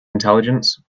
intelligence